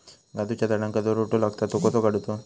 काजूच्या झाडांका जो रोटो लागता तो कसो काडुचो?